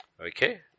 Okay